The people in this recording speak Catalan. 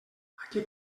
aquí